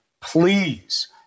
please